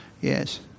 Yes